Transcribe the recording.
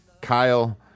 Kyle